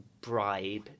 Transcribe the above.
bribe